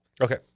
Okay